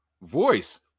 voice